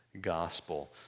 gospel